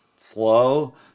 Slow